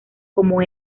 como